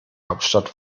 hauptstadt